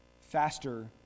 faster